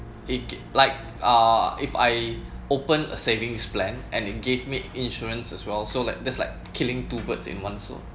it like uh if I open a savings plan and it gave me insurance as well so like there's like killing two birds in one stone